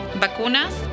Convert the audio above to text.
vacunas